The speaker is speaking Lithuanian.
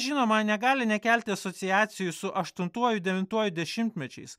žinoma negali nekelti asociacijų su aštuntuoju devintuoju dešimtmečiais